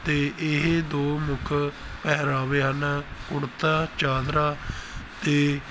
ਅਤੇ ਇਹ ਦੋ ਮੁੱਖ ਪਹਿਰਾਵੇ ਹਨ ਕੁੜਤਾ ਚਾਦਰਾ ਅਤੇ